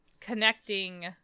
connecting